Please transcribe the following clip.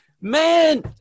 Man